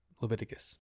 Leviticus